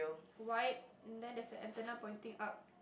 white and then there's a antenna pointing up